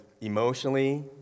emotionally